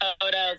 photos